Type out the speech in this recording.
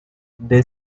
they